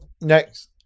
Next